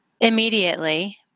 immediately